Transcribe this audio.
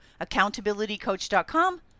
accountabilitycoach.com